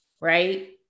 right